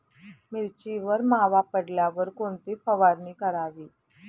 मिरचीवर मावा पडल्यावर कोणती फवारणी करावी?